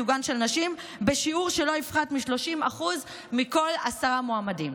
לייצוגן של נשים בשיעור שלא יפחת מ-30% מכל עשרה מועמדים.